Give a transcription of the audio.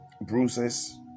bruises